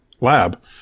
lab